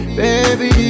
baby